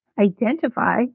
identify